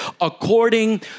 according